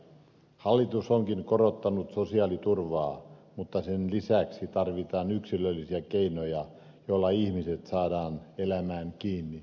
hallitus onkin korottanut sosiaaliturvaa mutta sen lisäksi tarvitaan yksilöllisiä keinoja joilla ihmiset saadaan elämään kiinni